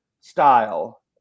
style